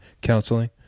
counseling